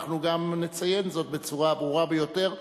אנחנו גם נציין זאת בצורה הברורה ביותר,